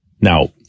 Now